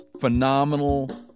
phenomenal